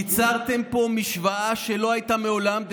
ייצרתם פה משוואה שלא הייתה מעולם.